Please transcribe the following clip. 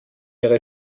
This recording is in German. ihre